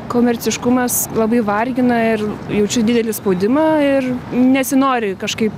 komerciškumas labai vargina ir jaučiu didelį spaudimą ir nesinori kažkaip